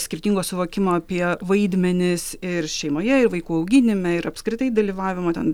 skirtingo suvokimo apie vaidmenis ir šeimoje ir vaikų auginime ir apskritai dalyvavimo ten